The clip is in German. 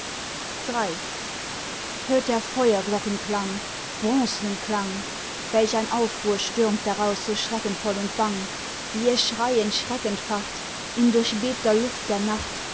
iii hört der feuerglocken klang bronznen klang welch ein aufruhr stürmt daraus so schreckenvoll und bang wie ihr schreien schreck entfacht in durchbebter luft der nacht